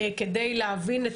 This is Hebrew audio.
כדי להבין.